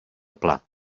pla